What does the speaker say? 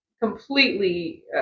completely